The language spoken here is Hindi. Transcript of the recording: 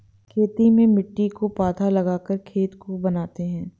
खेती में मिट्टी को पाथा लगाकर खेत को बनाते हैं?